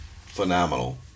phenomenal